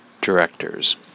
directors